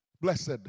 Blessed